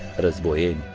razboieni!